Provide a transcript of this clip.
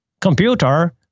computer